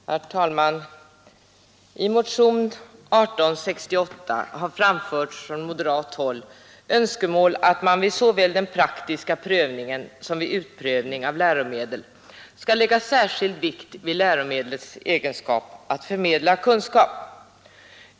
Herr talman! I motionen 1868 har från moderat håll framförts önskemål om att man vid såväl den praktiska prövningen som utformningen av läromedel skall lägga särskild vikt vid läromedlets egenskap att förmedla kunskap.